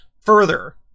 further